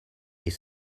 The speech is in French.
est